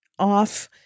off